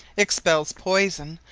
expells poison,